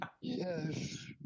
Yes